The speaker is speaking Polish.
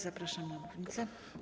Zapraszam na mównicę.